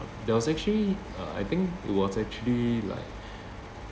there was actually uh I think it was actually like